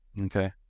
okay